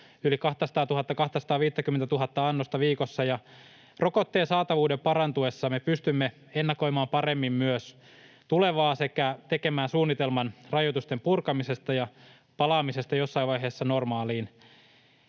yli 200 250:tä annosta viikossa. Ja rokotteen saatavuuden parantuessa me pystymme ennakoimaan paremmin myös tulevaa sekä tekemään suunnitelman rajoitusten purkamisesta ja palaamisesta jossain vaiheessa normaaliin.